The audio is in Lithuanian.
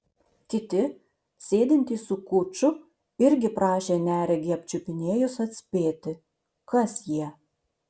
kiti sėdintys su kuču irgi prašė neregį apčiupinėjus atspėti kas jie